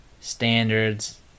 standards